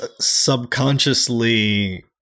subconsciously